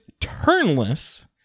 turnless